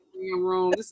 room